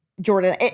Jordan